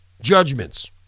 judgments